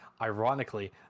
Ironically